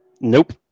Nope